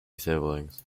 siblings